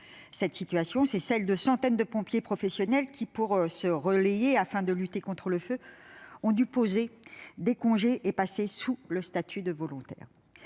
eu lieu dans le Var. Des centaines de pompiers professionnels, pour se relayer afin de lutter contre le feu, ont dû poser des congés et passer sous le statut de pompier